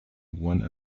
one